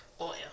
oil